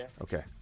Okay